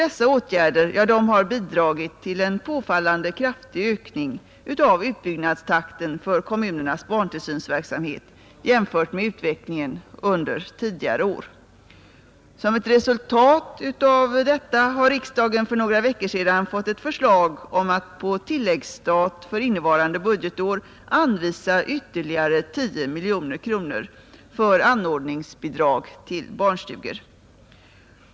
Dessa åtgärder har bidragit till en påfallande kraftig ökning av utbyggnadstakten för kommunernas barntillsynsverksamhet jämfört med utvecklingen under tidigare år. Som ett resultat av detta har riksdagen för några veckor sedan fått ett förslag om att på tilläggsstat för innevarande budgetår anvisa ytterligare 10 miljoner kronor för anordningsbidrag till barnstugor.